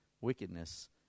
wickedness